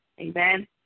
Amen